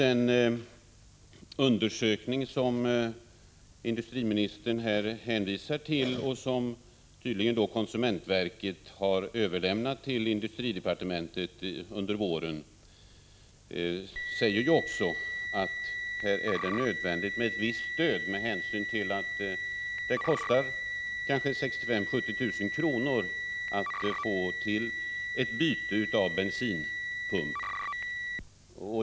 Den undersökning som industriministern hänvisar till och som tydligen konsumentverket har överlämnat till industridepartementet under våren säger att det är nödvändigt med ett visst stöd med hänsyn till att ett byte av bensinpump kostar 65 000 å 70 000 kr.